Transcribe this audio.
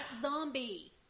zombie